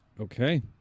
Okay